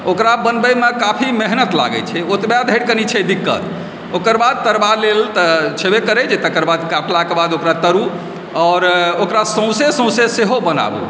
ओकरा बनबैमे काफी मेहनत लागै छै ओतबे धरि छै कनि दिक्कत ओकर बाद तरबा लेल तऽ छेबे करै जे तकर बाद कटलाक बाद ओकर तरू आओर ओकरा सौंसे सौंसे सेहो बनाबू